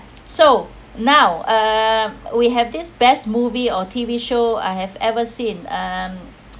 so now uh we have this best movie or T_V show I have ever seen um